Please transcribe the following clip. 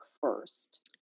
first